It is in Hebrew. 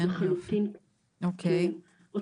אותו